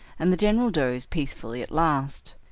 and the general dozed peacefully at last.